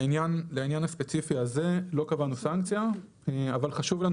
לעניין הספציפי הזה לא קבענו סנקציה אבל חשוב לנו